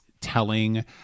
telling